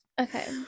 Okay